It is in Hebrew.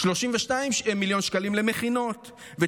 32 מיליון שקלים למכינות,